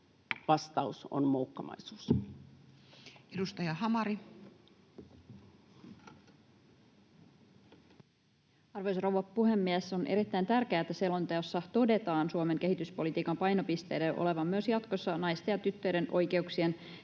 selonteko Time: 15:26 Content: Arvoisa rouva puhemies! On erittäin tärkeää, että selonteossa todetaan Suomen kehityspolitiikan painopisteiden olevan myös jatkossa naisten ja tyttöjen oikeuksien sekä